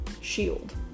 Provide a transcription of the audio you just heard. shield